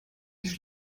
nicht